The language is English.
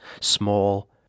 small